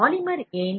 polymer ஏன்